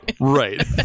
right